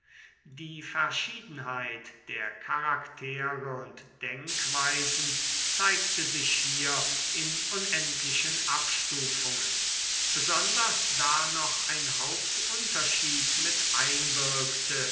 die verschiedenheit der charaktere und denkweisen zeigte sich hier in unendlichen abstufungen besonders da noch ein hauptunterschied mit einwirkte